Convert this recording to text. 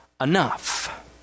enough